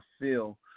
feel